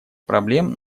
проблем